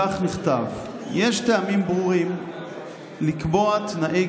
כך נכתב: "יש טעמים ברורים לקבוע תנאי